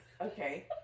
Okay